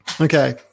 okay